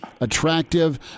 attractive